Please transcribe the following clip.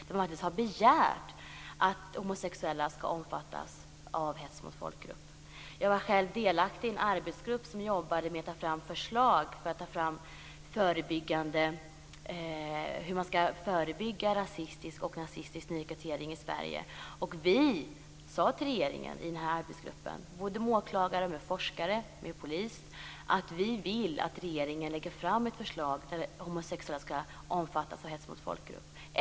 Man har faktiskt begärt att homosexuella skall omfattas av hets mot folkgrupp. Jag var själv delaktig i en arbetsgrupp som jobbade med att ta fram förslag på hur man skall förebygga rasistisk och nazistisk nyrekrytering i Sverige. Vi i denna arbetsgrupp, där det ingick åklagare, forskare och polis, sade till regeringen att vi vill att regeringen lägger fram ett förslag om att homosexuella skall omfattas av hets mot folkgrupp.